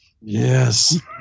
Yes